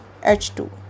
H2